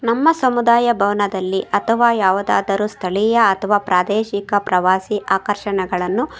ನಮ್ಮ ಸಮುದಾಯ ಭವನದಲ್ಲಿ ಅಥವಾ ಯಾವುದಾದರೂ ಸ್ಥಳೀಯ ಅಥವಾ ಪ್ರಾದೇಶಿಕ ಪ್ರವಾಸಿ ಆಕರ್ಷಣೆಗಳನ್ನು